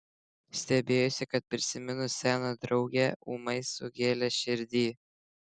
stebėjosi kad prisiminus seną draugę ūmai sugėlė širdį